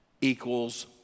equals